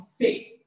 faith